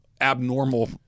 abnormal